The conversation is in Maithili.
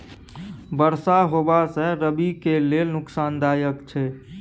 बरसा होबा से रबी के लेल नुकसानदायक छैय?